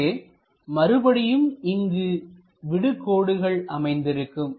எனவே மறுபடியும் இங்கு விடு கோடுகள் அமைந்திருக்கும்